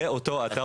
לאותו אתר.